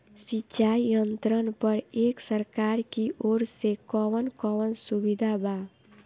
सिंचाई यंत्रन पर एक सरकार की ओर से कवन कवन सुविधा बा?